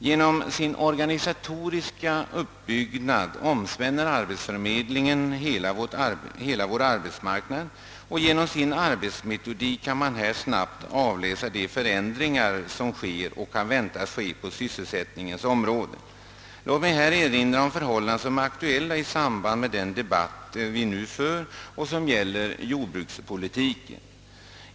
Genom sin organisatoriska uppbyggnad omspänner arbetsförmedlingen hela vår arbetsmarknad, och genom dess arbetsmetodik kan man snabbt avläsa de förändringar som sker och kan väntas ske på sysselsättningens område. Låt mig här erinra om förhållanden som är aktuella i samband med den debatt vi nu för beträffande jordbrukspolitiken.